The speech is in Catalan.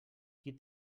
qui